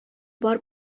бар